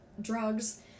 drugs